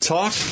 Talk